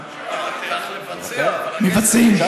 צריך לבצע, אבל, מבצעים.